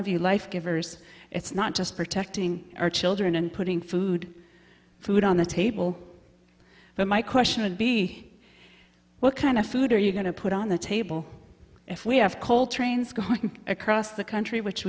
of you life givers it's not just protecting our children and putting food food on the table but my question would be what kind of food are you going to put on the table if we have coal trains going across the country which